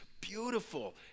beautiful